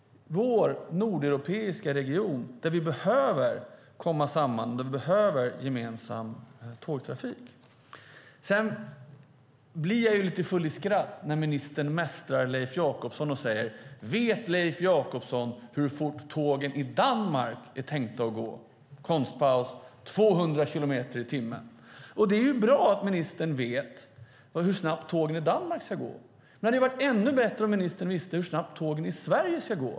I vår nordeuropeiska region behöver vi komma samman. Vi behöver gemensam tågtrafik. Sedan blir jag lite full i skratt när ministern mästrar Leif Jakobsson och säger: Vet Leif Jakobsson hur fort tågen i Danmark är tänkta att gå, konstpaus, 200 kilometer i timmen. Det är ju bra att ministern vet hur snabbt tågen i Danmark ska gå. Det hade varit ännu bättre om ministern visste hur snabbt tågen i Sverige ska gå.